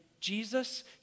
Jesus